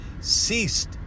ceased